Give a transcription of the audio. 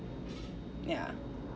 ya